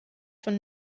von